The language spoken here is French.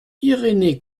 irénée